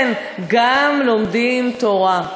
כן, גם לומדים תורה.